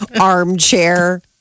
armchair